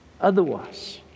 otherwise